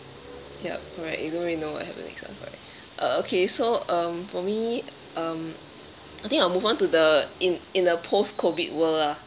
yup correct you don't really know what happen next [one] right uh okay so um for me um I think I'll move on to the in in a post-COVID world lah